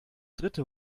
dritte